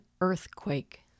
earthquake